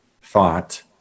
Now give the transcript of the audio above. thought